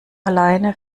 alleine